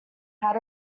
had